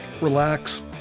relax